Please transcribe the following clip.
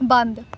ਬੰਦ